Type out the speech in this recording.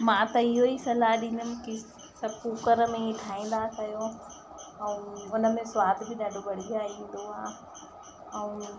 मां त इहेई सलाह ॾींदमि की सभु कुकर में ई ठाहींदा कयो ऐं उनमें स्वादु बि ॾाढो बढ़िया ईंदो आहे ऐं